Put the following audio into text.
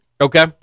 Okay